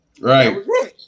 Right